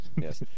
Yes